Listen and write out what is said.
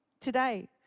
today